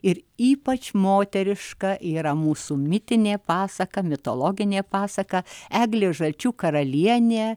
ir ypač moteriška yra mūsų mitinė pasaka mitologinė pasaka eglė žalčių karalienė